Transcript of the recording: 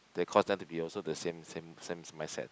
they cause them to be also the same same same mindset